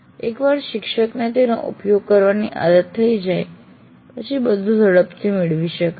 એકવાર શિક્ષકને તેનો ઉપયોગ કરવાની આદત થઇ જાય પછી બધું ઝડપથી મેળવી શકાય છે